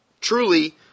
truly